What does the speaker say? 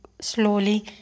slowly